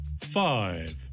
Five